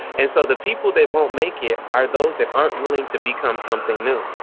and so the people that won't make it are those that aren't willing to become something new.